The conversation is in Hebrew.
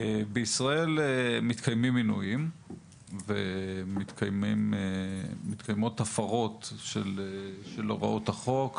בישראל מתקיימים עינויים ומתקיימות הפרות של הוראות החוק,